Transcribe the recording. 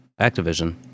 Activision